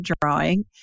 drawing